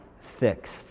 fixed